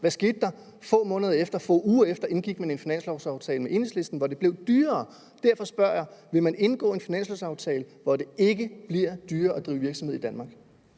Hvad skete der? Få uger efter indgik man en finanslovaftale med Enhedslisten, hvor det blev dyrere. Derfor spørger jeg: Vil man indgå en finanslovaftale, hvor det ikke bliver dyrere at drive virksomhed i Danmark?